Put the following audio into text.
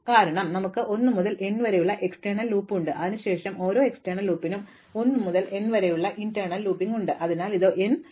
കാരണം നമുക്ക് 1 മുതൽ n വരെ ഒരു ബാഹ്യ ലൂപ്പ് ഉണ്ട് അതിനുശേഷം ഓരോ ബാഹ്യ ലൂപ്പിനും 1 മുതൽ n വരെ ആന്തരിക ലൂപ്പ് ഉണ്ട് അതിനാൽ ഇത് ഒരു n ചതുര ലൂപ്പാണ്